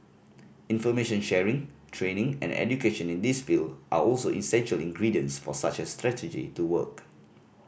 information sharing training and education in this field are also essential ingredients for such a strategy to work